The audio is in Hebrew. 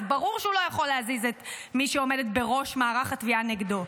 אז ברור שהוא לא יכול להזיז את מי שעומדת בראש מערך התביעה נגדו.